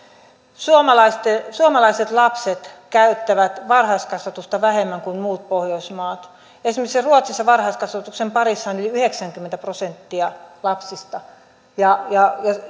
suomalaiset suomalaiset lapset käyttävät varhaiskasvatusta vähemmän kuin muut pohjoismaat esimerkiksi ruotsissa varhaiskasvatuksen parissa on yli yhdeksänkymmentä prosenttia lapsista ja